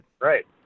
Right